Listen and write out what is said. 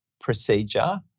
procedure